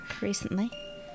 recently